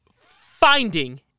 finding